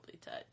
touch